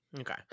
Okay